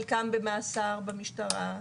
חלקם במאסר, במשטרה.